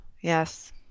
Yes